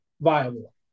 viable